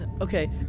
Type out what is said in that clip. Okay